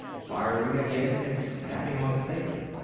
firing again and snapping on the safety.